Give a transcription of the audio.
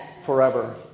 Forever